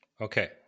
Okay